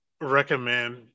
recommend